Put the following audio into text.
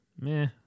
meh